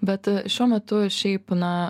bet šiuo metu šiaip na